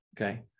Okay